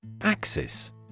Axis